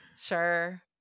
Sure